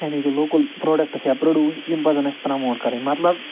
یعنی کہِ local products یا پرٛوڈوٗس یِم پَزَن اَسہِ پرٛموٹ کَرٕنۍ مطلب